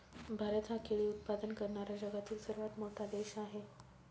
भारत हा केळी उत्पादन करणारा जगातील सर्वात मोठा देश आहे